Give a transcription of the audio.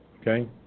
Okay